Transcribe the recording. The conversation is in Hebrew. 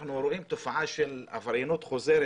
שאנחנו רואים תופעה של עבריינות חוזרת